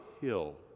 Hill